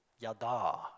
yada